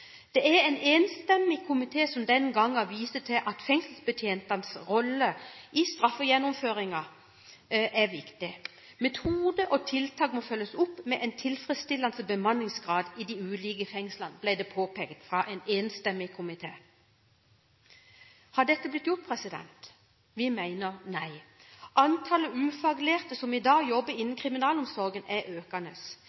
Det var en enstemmig komité som den gangen viste til at fengselsbetjentenes rolle i straffegjennomføringen er viktig. Det ble påpekt av en enstemmig komité at metode og tiltak må følges opp med tilfredsstillende bemanning i de ulike fengslene. Har dette blitt gjort? Vi mener nei. Antallet ufaglærte som i dag jobber